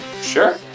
sure